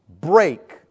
break